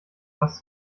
was